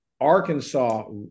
Arkansas